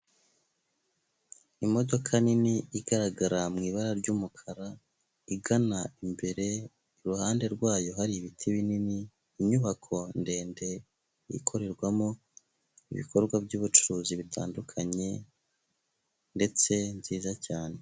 Imodoka nini igaragara mu ibara ry'umukara igana imbere, iruhande rwayo hari ibiti binini, inyubako ndende ikorerwamo ibikorwa by'ubucuruzi bitandukanye ndetse nziza cyane.